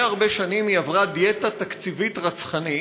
הרבה שנים היא עברה דיאטה תקציבית רצחנית,